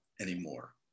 anymore